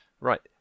Right